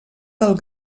del